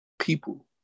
people